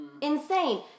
Insane